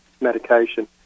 medication